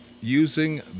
using